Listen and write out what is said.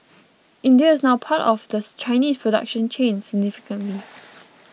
India is now a part of the Chinese production chain significantly